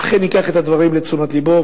אכן ייקח את הדברים לתשומת לבו,